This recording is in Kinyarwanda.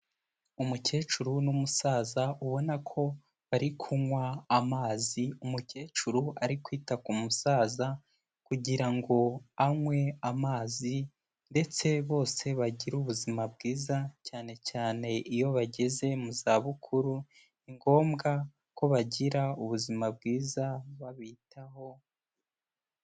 Umukecuru n'umusaza ubona ko bari kunywa amazi, umukecuru ari kwita ku musaza kugira ngo anywe amazi ndetse bose bagire ubuzima bwiza cyane cyane iyo bageze mu za bukuru ni ngombwa ko bagira ubuzima bwiza babitaho.